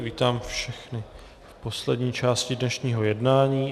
Vítám všechny v poslední části dnešního jednání.